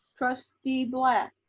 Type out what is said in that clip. trustee black,